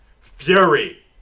Fury